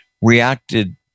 reacted